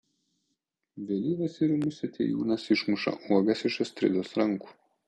vėlyvas ir ūmus atėjūnas išmuša uogas iš astridos rankų